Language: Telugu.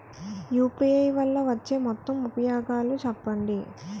యు.పి.ఐ వల్ల వచ్చే మొత్తం ఉపయోగాలు చెప్పండి?